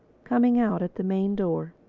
coming out at the main door.